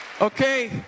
Okay